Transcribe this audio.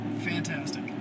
Fantastic